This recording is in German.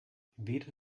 weder